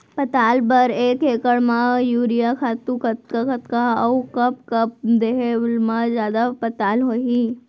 पताल बर एक एकड़ म यूरिया खातू कतका कतका अऊ कब कब देहे म जादा पताल होही?